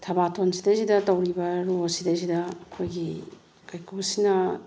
ꯊꯕꯥꯇꯣꯟ ꯁꯤꯗꯩꯁꯤꯗ ꯇꯧꯔꯤꯕ ꯔꯣꯜ ꯁꯤꯗꯩꯁꯤꯗ ꯑꯩꯈꯣꯏꯒꯤ ꯀꯥꯏꯀꯨꯁꯤꯅ